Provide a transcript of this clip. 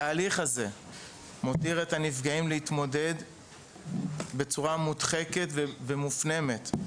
התהליך הזה מותיר את הנפגעים להתמודד בצורה מודחקת ומופנמת,